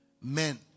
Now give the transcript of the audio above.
Men